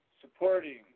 supporting